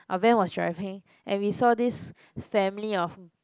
Ivan was driving and we saw this family of